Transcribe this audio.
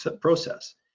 process